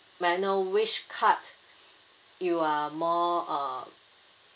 may I know which card you are more uh